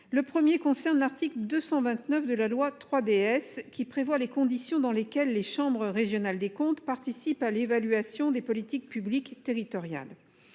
Le 1er concerne l'article 229 de la loi 3DS qui prévoit les conditions dans lesquelles les chambres régionales des comptes participe à l'évaluation des politiques publiques territoriales.